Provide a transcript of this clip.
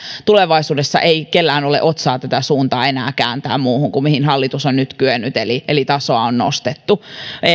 tulevaisuudessa ei kellään ole otsaa tätä suuntaa enää kääntää muuhun kuin mihin hallitus on nyt kyennyt eli eli tasoa on nostettu